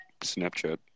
Snapchat